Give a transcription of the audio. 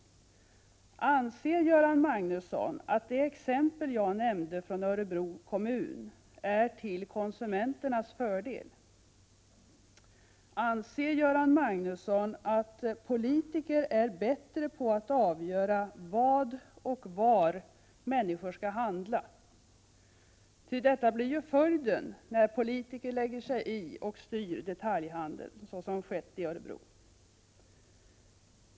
1987/88:32 Anser Göran Magnusson att det exempel jag nämnde från Örebro 26 november 1987 kommun visar på förhållanden som är till konsumenternas fördel? SAR Gå AES Sa SA Anser Göran Magnusson att politiker är bättre på att avgöra vad och var människor skall handla? Detta bli ju följden när politiker lägger sig i och styr detaljhandeln såsom skett i Örebro.